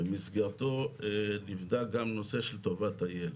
ובמסגרתו נבדק גם הנושא של טובת הילד.